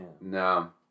No